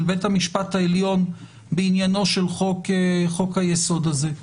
בית המשפט העליון בעניינו של חוק-היסוד הזה.